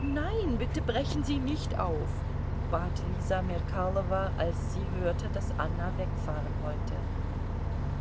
nein bitte brechen sie nicht auf bat lisa merkalowa als sie hörte daß anna wegfahren wollte